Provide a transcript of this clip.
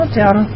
down